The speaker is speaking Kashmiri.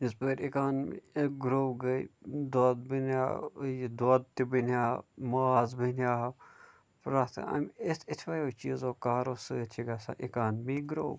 یِژۍ بٲرۍ اِکانمی گرٛو گٔے دۄدھ بنیٛاو یہِ دۄدھ تہِ بَنیٛاو ماز بنیٛاو پرٛیٚتھ اَمہِ اِتھ اِتھوَیٚیو چیٖزو کارو سۭتۍ چھِ گژھان اِکانمی گرٛو